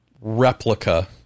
replica